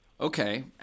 Okay